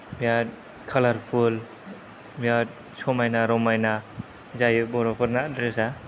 बेराद कालार फुल बेराद समायना रमायना जायो बर'फोरना द्रेस